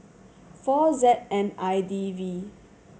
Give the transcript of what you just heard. four Z N I D V